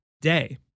day